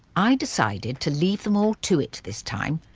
i decided to leave them all to it this time.